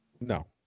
No